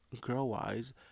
Girl-wise